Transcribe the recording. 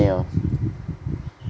没有